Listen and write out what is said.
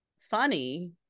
funny